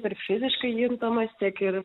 ir fiziškai juntamas tiek ir